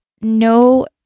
no